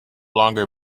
longer